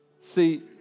See